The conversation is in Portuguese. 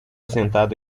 sentado